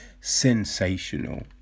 sensational